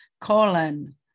colon